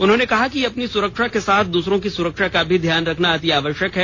उन्होंने कहा कि अपनी सुरक्षा के साथ दूसरों की सुरक्षा का भी ध्यान रखना अति आवश्यक है